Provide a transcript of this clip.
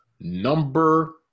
number